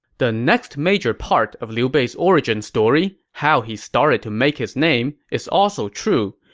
the next major part of liu bei's origin story how he started to make his name is also true.